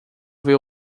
ver